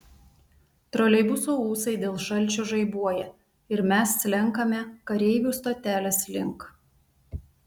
troleibuso ūsai dėl šalčio žaibuoja ir mes slenkame kareivių stotelės link